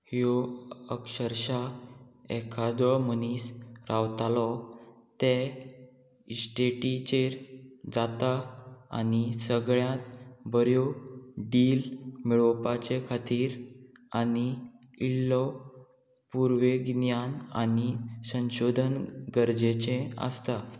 ह्यो अक्षरशा एकादो मनीस रावतालो ते इस्टेटीचेर जाता आनी सगळ्यांत बऱ्यो डील मेळोवपाचे खातीर आनी इल्लो पुर्वेगिन्यान आनी संशोधन गरजेचें आसता